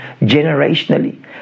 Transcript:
generationally